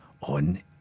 on